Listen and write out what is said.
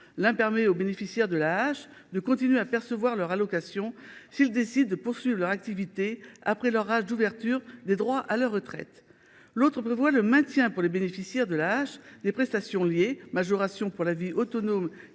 L’un permet aux bénéficiaires de l’AAH de continuer à percevoir leur allocation, s’ils décident de poursuivre leur activité après avoir atteint l’âge d’ouverture des droits à la retraite. L’autre prévoit le maintien pour les bénéficiaires de l’AAH des prestations liées – majoration pour la vie autonome